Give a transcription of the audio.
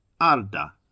arda